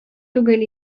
түгел